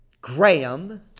Graham